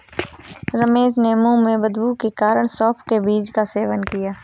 रमेश ने मुंह में बदबू के कारण सौफ के बीज का सेवन किया